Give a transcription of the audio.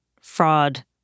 fraud